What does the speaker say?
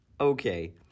Okay